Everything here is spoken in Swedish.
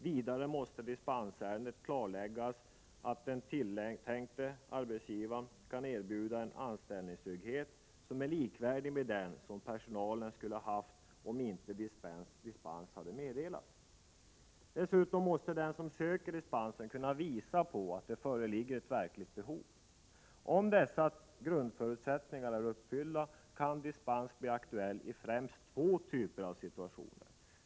Vidare måste klarläggas att den tilltänkte arbetsgivaren kan erbjuda en anställningstrygghet som är likvärdig med den som personalen skulle ha haft om inte dispens hade meddelats. Dessutom måste den som söker dispensen kunna påvisa att det föreligger ett verkligt behov. Om dessa grundförutsättningar är uppfyllda, kan dispens bli aktuell i främst två typer av situationer.